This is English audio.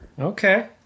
Okay